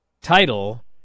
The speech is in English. title